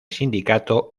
sindicato